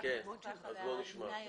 הספקנו לשוחח עליה לפני הישיבה.